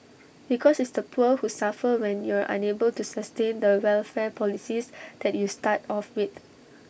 because it's the poor who suffer when you're unable to sustain the welfare policies that you start off with